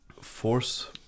force